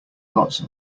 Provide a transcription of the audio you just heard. lots